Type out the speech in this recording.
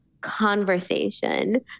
conversation